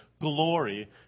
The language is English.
glory